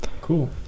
Cool